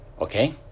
Okay